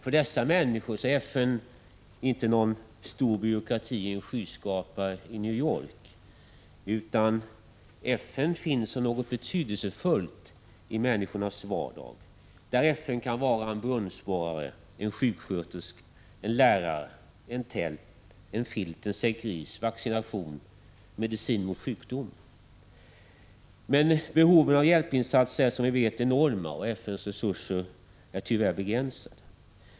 För dessa människor är FN inte någon stor byråkrati i en skyskrapa i New York, utan FN finns som någonting betydelsefullt i människornas vardag — där FN kan vara en brunnsborrare, en sjuksköterska, en lärare, ett tält, en filt, en säck ris, vaccination och medicin mot sjukdomar. Men behoven av hjälpinsatser är som vi vet enorma, och FN:s resurser är tyvärr begränsade.